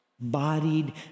bodied